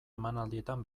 emanaldietan